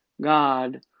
God